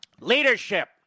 Leadership